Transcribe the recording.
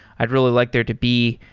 i'd really like there to be,